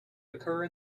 occur